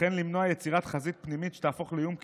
וכן למנוע יצירת חזית פנימית שתהפוך לאיום קיומי,